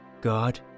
God